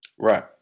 Right